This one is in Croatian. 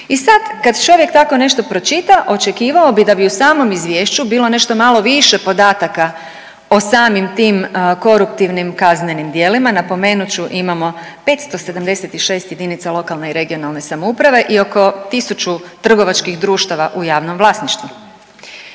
I sad kad čovjek tako nešto pročita očekivao bi da bi u samom izvješću bilo nešto malo više podataka o samim tim koruptivnim kaznenim djelima, napomenut ću imamo 576 jedinica lokalne i regionalne samouprave i oko 1.000 trgovačkih društava u javnom vlasništvu.